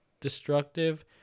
destructive